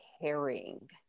caring